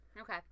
Okay